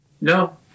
No